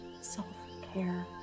self-care